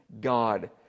God